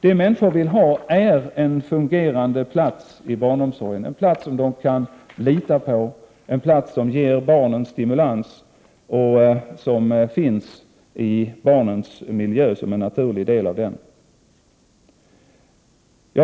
Det som människor vill ha är en fungerande plats i barnomsorgen, en plats som de kan lita på, en plats som ger barnen stimulans och som finns som en naturlig del av barnens miljö.